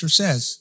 says